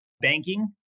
banking